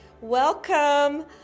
welcome